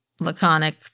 Laconic